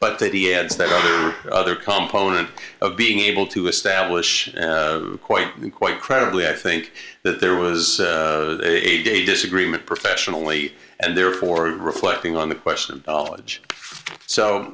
but that he adds that other component of being able to establish quite quite credibly i think that there was a disagreement professionally and therefore reflecting on the question so